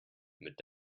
mit